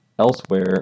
elsewhere